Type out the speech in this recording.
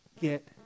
get